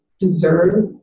deserve